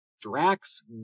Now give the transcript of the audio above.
Drax